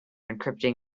encrypting